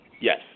Yes